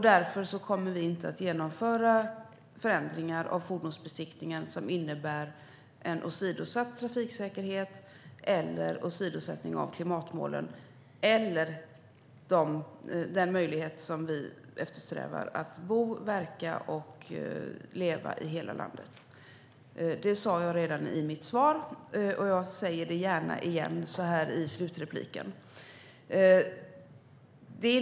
Därför kommer vi inte att genomföra förändringar av fordonsbesiktningen som innebär en åsidosatt trafiksäkerhet eller en åsidosättning när det gäller klimatmålen eller den möjlighet som vi eftersträvar: att människor ska kunna bo, verka och leva i hela landet. Det sa jag redan i mitt svar, och jag säger det gärna igen i slutanförandet.